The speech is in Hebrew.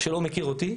שלא מכיר אותי,